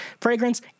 fragrance